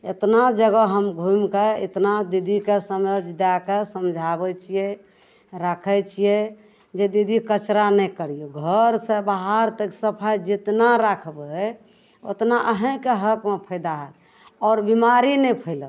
एतना जगह हम घुमिके एतना दीदीके समझ दैके समझाबै छिए राखै छिए जे दीदी कचरा नहि करिऔ घरसे बाहर तक सफाइ जतना राखबै ओतना अहीँके हकमे फायदा हैत आओर बेमारी नहि फैलत